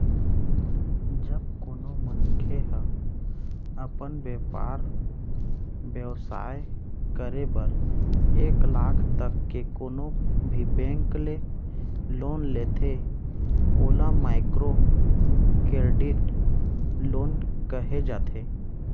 जब कोनो मनखे ह अपन बेपार बेवसाय करे बर एक लाख तक के कोनो भी बेंक ले लोन लेथे ओला माइक्रो करेडिट लोन कहे जाथे